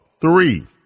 three